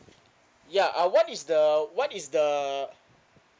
ya uh what is the what is the